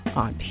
on